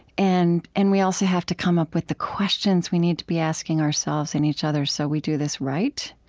and and we also have to come up with the questions we need to be asking ourselves and each other so we do this right.